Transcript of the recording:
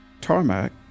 tarmac